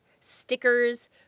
stickers